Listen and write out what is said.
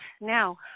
now